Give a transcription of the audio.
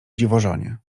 dziwożonie